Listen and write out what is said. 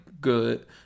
good